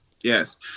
Yes